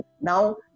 now